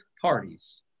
parties